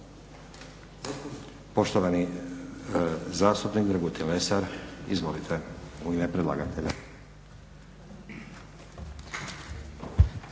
Poštovani zastupnik Dragutin Lesar, izvolite u ime predlagatelja.